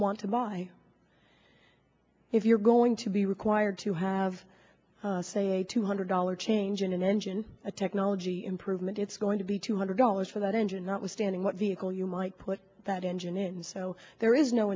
want to buy if you're going to be required to have say a two hundred dollar change in an engine a technology improvement it's going to be two hundred dollars for that engine notwithstanding what vehicle you might put that engine in so there is no